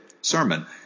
sermon